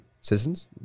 citizens